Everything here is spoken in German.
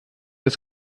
das